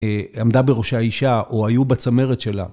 אה, עמדה בראשה אישה, או היו בצמרת שלה.